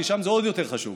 כי שם זה עוד יותר חשוב.